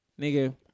nigga